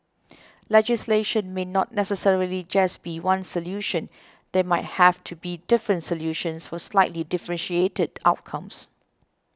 legislation may not necessarily just be one solution there might have to be different solutions for slightly differentiated outcomes